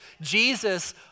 Jesus